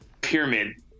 pyramid